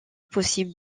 possible